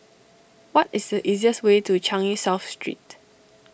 what is the easiest way to Changi South Street